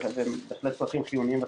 בהחלט לצרכים חיוניים וחשובים.